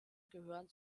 gehören